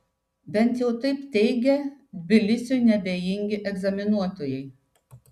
bent jau taip teigia tbilisiui neabejingi egzaminuotojai